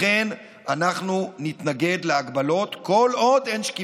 לכן, אנחנו נתנגד להגבלות כל עוד אין שקיפות.